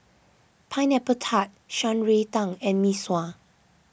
Pineapple Tart Shan Rui Tang and Mee Sua